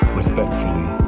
respectfully